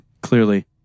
Clearly